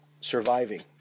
surviving